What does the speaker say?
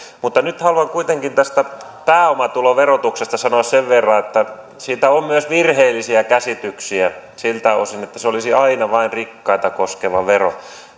mutta nyt haluan kuitenkin tästä pääomatuloverotuksesta sanoa sen verran että siitä on myös virheellisiä käsityksiä siltä osin että se olisi aina vain rikkaita koskeva vero